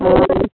और